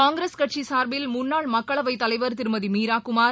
காங்கிரஸ் கட்சி சார்பில் முன்னாள் மக்களவை தலைவர் திருமதி மீராகுமார்